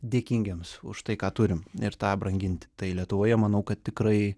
dėkingiems už tai ką turim ir tą branginti tai lietuvoje manau kad tikrai